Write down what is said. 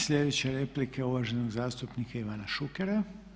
Sljedeća je replika uvaženog zastupnika Ivana Šukera.